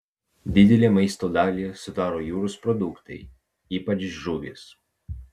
didelę maisto dalį sudaro jūros produktai ypač žuvys